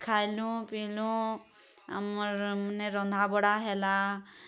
ଖାଏଲୁଁ ପିଇଲୁଁ ଆମର୍ ମାନେ ରନ୍ଧା ବଢ଼ା ହେଲା